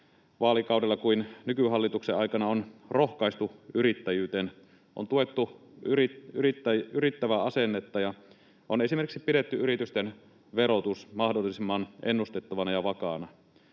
vaalikaudella kuin nykyhallituksen aikana on rohkaistu yrittäjyyteen. On tuettu yrittäjäasennetta ja on esimerkiksi pidetty yritysten verotus mahdollisimman ennustettavana ja vakaana.